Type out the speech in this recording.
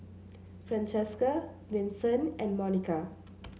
Francesca Vincent and Monika